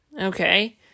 okay